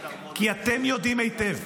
אתם יודעים היטב,